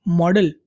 model